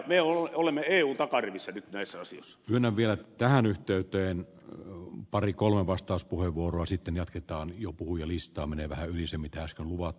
me olemme eun takarivissä nyt ne saa siis mennä vielä tähän yhteyteen on pari kolme vastauspuheenvuoro sitten jatketaan jo puhujalista menee vähän yli sen mitä se on luvat